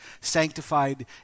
sanctified